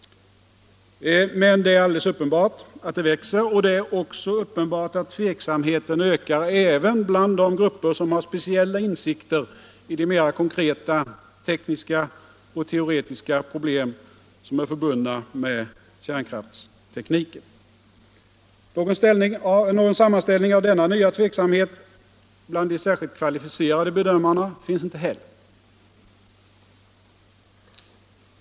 Men det är alldeles uppenbart att motståndet växer. Det är även uppenbart att tveksamheten ökar också bland de grupper som har speciella insikter i de mera konkreta tekniska och teoretiska problem som är förbundna med kärnkraftstekniken. Någon sammanställning av denna nya tveksamhet bland de särskilt kvalificerade bedömarna finns inte heller.